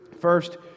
first